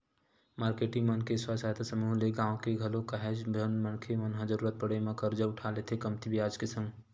marketing मन के स्व सहायता समूह ले गाँव के घलोक काहेच झन मनखे मन ह जरुरत पड़े म करजा उठा लेथे कमती बियाज के संग